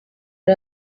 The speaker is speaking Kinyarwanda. ari